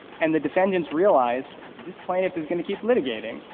and the defendants realize this plaintiff is going to keep litigating.